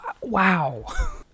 wow